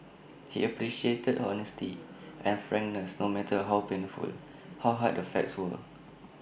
he appreciated honesty and frankness no matter how painful how hard the facts were